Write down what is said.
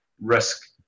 risk